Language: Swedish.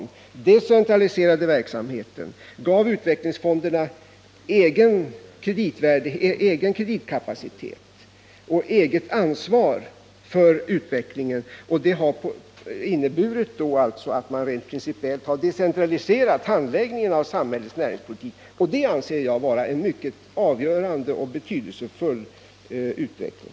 Vi decentraliserade verksamheten och gav utvecklingsfonderna egen kreditkapacitet och eget ansvar för utvecklingen. Det har inneburit att man rent principiellt decentraliserat handläggningen av samhällets näringspolitik, och det anser jag vara en mycket avgörande och betydelsefull utveckling.